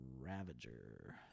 Ravager